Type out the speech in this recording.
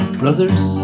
brothers